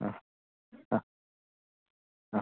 ആ ആ ആ